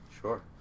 Sure